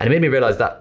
and it made me realise that,